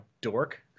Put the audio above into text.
dork